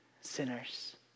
sinners